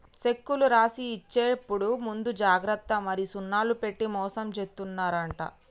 సెక్కులు రాసి ఇచ్చేప్పుడు ముందు జాగ్రత్త మరి సున్నాలు పెట్టి మోసం జేత్తున్నరంట